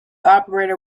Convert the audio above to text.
operator